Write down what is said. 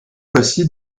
précis